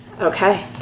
Okay